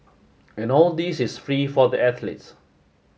and all this is free for the athletes